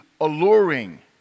alluring